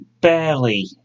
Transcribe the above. barely